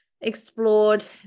explored